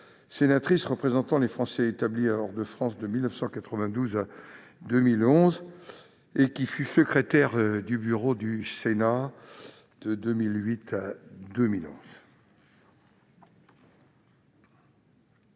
sénatrice représentant les Français établis hors de France de 1992 à 2011 et qui fut secrétaire du bureau du Sénat de 2008 à 2011.